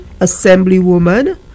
Assemblywoman